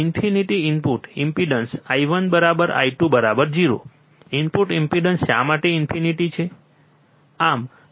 infinite input impedance I1I20 input impedance શા માટે infinite છે